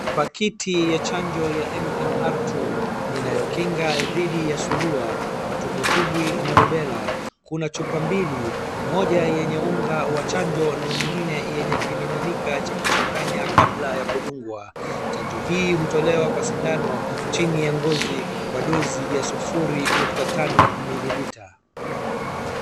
Pakiti ya chanjo ya MMR2 inayokinga dhidi ya surua, matumbwitumbwi na rubela. Kuna chupa mbili, moja yenye unga wa chanjo na nyingine yenye kimiminika cha kuchanganya kabla ya kudungwa. Chanjo hii hutolewa kwa sindano chini ya ngozi kwa dozi ya sufuri nukta tano mililita.